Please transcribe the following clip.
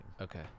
okay